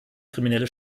kriminelle